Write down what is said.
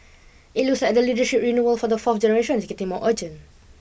it looks like the leadership renewal for the fourth generation is getting more urgent